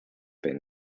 been